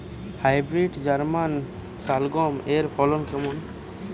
Hybrid German শালগম এর ফলন কেমন?